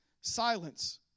silence